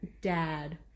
dad